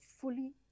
fully